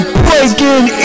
breaking